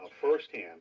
firsthand